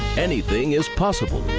anything is possible.